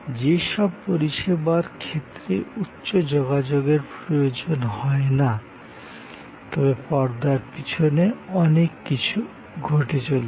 যে সব পরিষেবার ক্ষেত্রে উচ্চ যোগাযোগের প্রয়োজন হয় না তবে পর্দার পিছনে অনেক কিছু ঘটে চলেছে